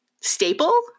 staple